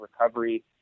recovery